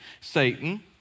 Satan